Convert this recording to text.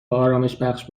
آرامشبخش